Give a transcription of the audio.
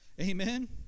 Amen